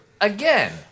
again